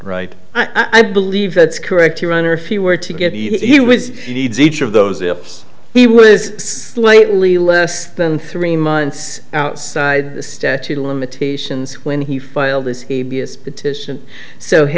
right i'm believe that's correct your honor if he were to get he was he needs each of those he was slightly less than three months outside the statute of limitations when he filed his abs petition so